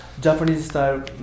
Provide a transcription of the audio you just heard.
Japanese-style